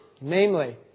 Namely